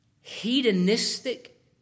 hedonistic